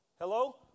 hello